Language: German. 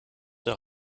der